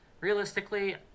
realistically